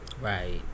Right